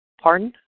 Pardon